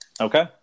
Okay